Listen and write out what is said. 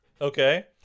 Okay